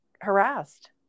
harassed